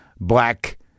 black